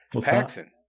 Paxson